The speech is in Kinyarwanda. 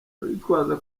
abitwaza